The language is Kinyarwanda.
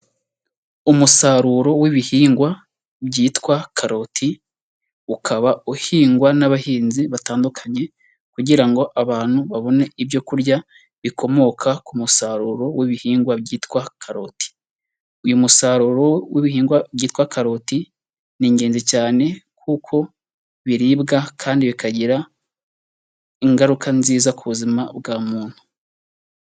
Umusaruro w'ibihingwa byitwa karoti, ukaba uhingwa n'abahinzi batandukanye kugira ngo abantu babone ibyo kurya bikomoka ku musaruro w'ibihingwa byitwa karoti. Uyu musaruro w'ibihingwa byitwa karoti ni ingenzi cyane kuko biribwa kandi bikagira ingaruka nziza ku buzima bwa muntu.